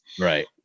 Right